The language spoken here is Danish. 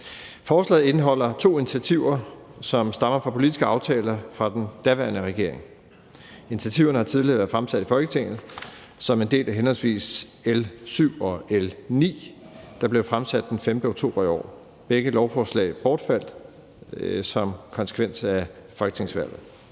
Forslaget indeholder to initiativer, som stammer fra politiske aftaler indgået under den daværende regering. Initiativerne har tidligere været fremsat i Folketinget som en del af henholdsvis L 7 og L 9, der blev fremsat den 5. oktober i år. Begge lovforslag bortfaldt som konsekvens af folketingsvalget.